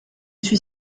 suis